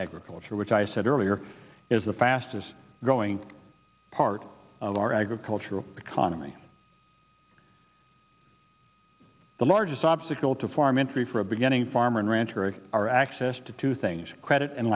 agriculture which i said earlier is the fastest growing part of our agricultural economy the largest obstacle to farm entry for a beginning farmer and rancher and our access to two things credit and